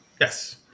Yes